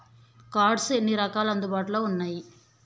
Cards ఎన్ని రకాలు అందుబాటులో ఉన్నయి?